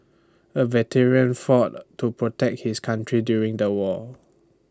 the veteran fought to protect his country during the war